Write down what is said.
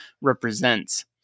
represents